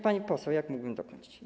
Pani poseł, jeżeli mógłbym dokończyć.